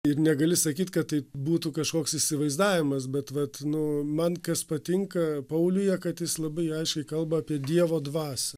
ir negali sakyt kad tai būtų kažkoks įsivaizdavimas bet vat nu man kas patinka pauliuje kad jis labai aiškiai kalba apie dievo dvasią